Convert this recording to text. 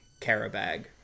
carabag